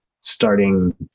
starting